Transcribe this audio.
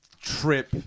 trip